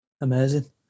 amazing